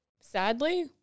sadly